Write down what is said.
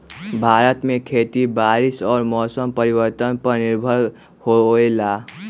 भारत में खेती बारिश और मौसम परिवर्तन पर निर्भर होयला